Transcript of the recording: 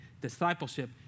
discipleship